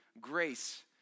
grace